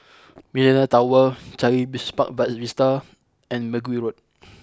Millenia Tower Changi Business Park Vista and Mergui Road